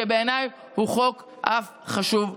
שבעיניי הוא חוק אף חשוב יותר.